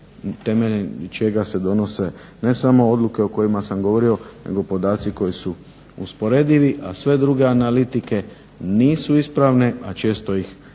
temeljem čega se donose ne samo odluke o kojima sam govorio nego podaci koji su usporedivi. A sve druge analitike nisu ispravne, a često ih